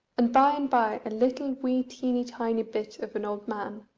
and by-and-by a little wee teeny tiny bit of an old man,